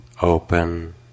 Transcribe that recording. open